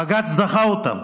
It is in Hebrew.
בג"ץ דחה אותם.